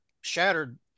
shattered